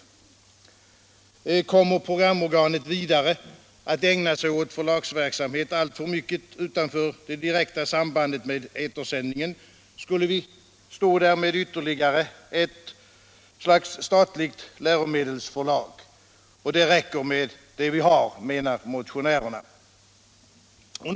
Kommer programorganet vidare att ägna sig åt förlagsverksamhet alltför mycket utanför det direkta sambandet med etersändningen, skulle vi stå där med ytterligare ett slags statligt läromedelsförlag, och det räcker med det vi har, menar motionärerna.